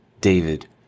David